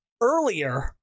earlier